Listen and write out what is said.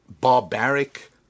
barbaric